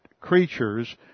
creatures